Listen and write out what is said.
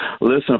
Listen